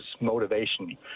motivation